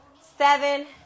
seven